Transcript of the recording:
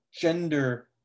gender